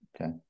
Okay